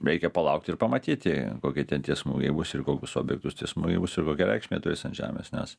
reikia palaukti ir pamatyti kokie ten tie smūgiai bus ir į kokius objektus tie smūgia bus ir kokią reikšmę turės ant žemės nes